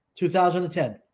2010